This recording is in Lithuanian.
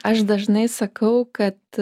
aš dažnai sakau kad